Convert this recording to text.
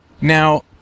Now